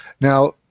Now